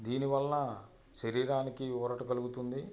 దీని వలన శరీరానికి ఊరట కలుగుతుంది